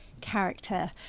character